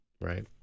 Right